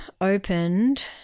opened